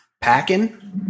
packing